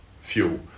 fuel